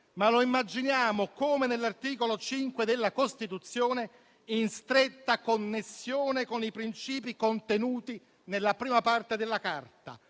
ma lo immaginiamo - come nell'articolo 5 della Costituzione - in stretta connessione con i principi contenuti nella prima parte della Carta: